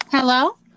Hello